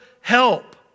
help